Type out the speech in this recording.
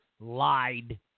Lied